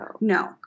No